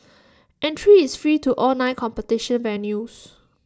entry is free to all nine competition venues